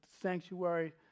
sanctuary